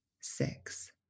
six